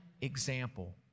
example